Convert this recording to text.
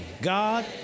God